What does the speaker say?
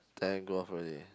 then go off already